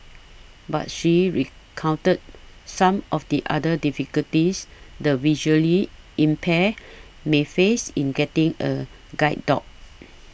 but she recounted some of the other difficulties the visually impaired may face in getting a guide dog